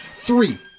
Three